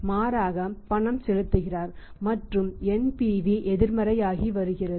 மாறாக பணம் செலுத்துகிறார் மற்றும் NPV எதிர்மறையாகி வருகிறது